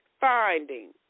finding